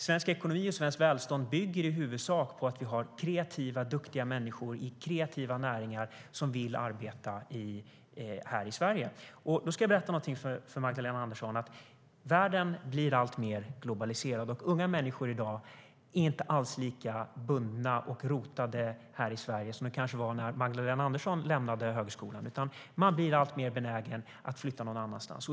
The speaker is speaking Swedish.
Svensk ekonomi och svenskt välstånd bygger i huvudsak på att vi har kreativa, duktiga människor i kreativa näringar som vill arbeta här i Sverige. Då ska jag berätta någonting för Magdalena Andersson: Världen blir alltmer globaliserad. Unga människor är i dag inte alls lika bundna till och rotade i Sverige som de kanske var när Magdalena Andersson lämnade högskolan. De blir alltmer benägna att flytta någon annanstans.